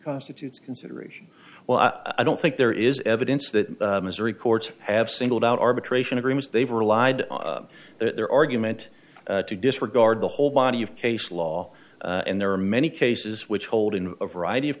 constitutes consideration well i don't think there is evidence that missouri courts have singled out arbitration agreements they've relied on their argument to disregard the whole body of case law and there are many cases which hold in a variety of